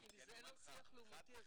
--- אם זה לא שיח לעומתי, אז מה זה?